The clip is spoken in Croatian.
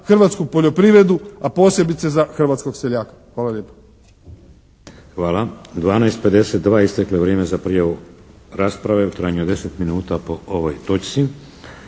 hrvatsku poljoprivredu, a posebice za hrvatskog seljaka. Hvala lijepa. **Šeks, Vladimir (HDZ)** Hvala. 12,52. Isteklo je vrijeme za prijavu rasprave u trajanju od deset minuta po ovoj točci.